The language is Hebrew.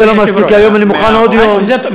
אדוני היושב-ראש.